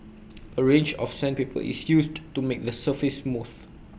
A range of sandpaper is used to make the surface smooth